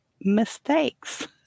mistakes